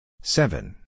Seven